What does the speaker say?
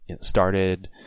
started